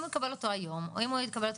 אם הוא יקבל אותו היום או אם הוא יקבל אותו